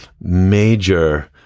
major